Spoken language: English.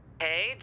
Hey